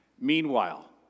Meanwhile